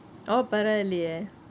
oh பரவாயில்லையே:paravaailaiyeh